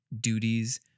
duties